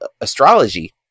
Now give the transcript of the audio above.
astrology